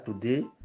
today